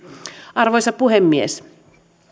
arvoisa puhemies